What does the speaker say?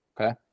Okay